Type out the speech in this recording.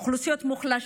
אוכלוסיות מוחלשות.